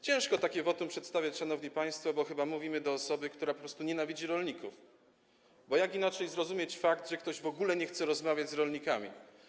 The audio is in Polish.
Ciężko takie wotum przedstawiać, szanowni państwo, bo chyba mówimy do osoby, która po prostu nienawidzi rolników, bo jak inaczej zrozumieć fakt, że ktoś w ogóle nie chce rozmawiać z rolnikami.